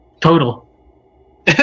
total